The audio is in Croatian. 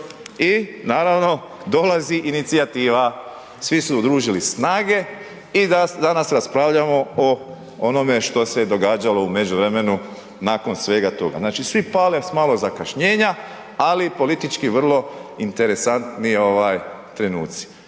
I naravno, dolazi inicijativa, svi su udružili snage i danas raspravljamo o onome što se događalo u međuvremenu nakon svega toga. Znači svi pale s malo zakašnjenja ali politički vrlo interesantni trenuci.